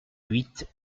huit